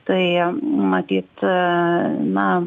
tai matyt na